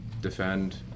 defend